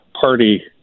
party